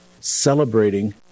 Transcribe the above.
celebrating